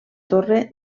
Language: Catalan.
torre